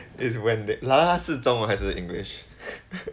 is when the 啦是中文还是 english